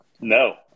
No